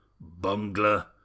Bungler